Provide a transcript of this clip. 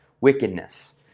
wickedness